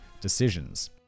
decisions